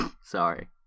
Sorry